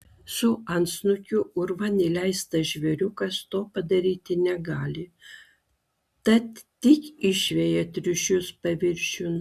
su antsnukiu urvan įleistas žvėriukas to padaryti negali tad tik išveja triušius paviršiun